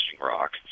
Rock